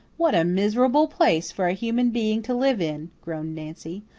what a miserable place for a human being to live in! groaned nancy.